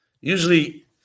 Usually